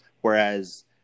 Whereas